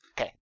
Okay